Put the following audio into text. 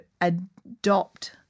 adopt